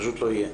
פשוט לא יהיה.